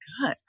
good